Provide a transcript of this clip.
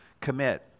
commit